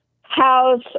house